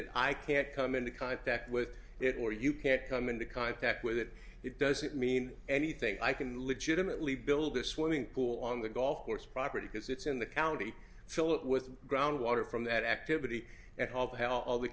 that i can't come into contact with it or you can't come into contact with it it doesn't mean anything i can legitimately build a swimming pool on the golf course property because it's in the county fill it with groundwater from that activity and haul the